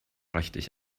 richtig